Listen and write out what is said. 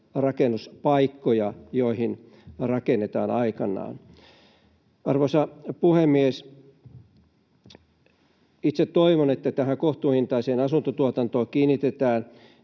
rakennuspaikkoja, joihin rakennetaan aikanaan. Arvoisa puhemies! Itse toivon, että tähän kohtuuhintaiseen asuntotuotantoon kiinnitetään